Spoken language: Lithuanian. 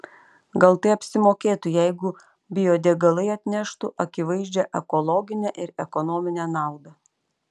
gal tai apsimokėtų jeigu biodegalai atneštų akivaizdžią ekologinę ir ekonominę naudą